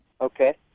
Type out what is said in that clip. Okay